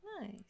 Nice